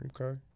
Okay